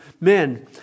men